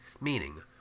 meaning